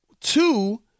two